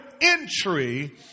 entry